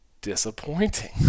disappointing